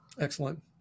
Excellent